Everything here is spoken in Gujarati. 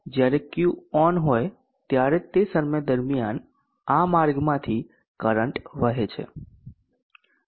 જ્યારે Q ઓન હોય ત્યારે તે સમય દરમિયાન આ માર્ગમાંથી કરંટ વહે છે